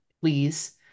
please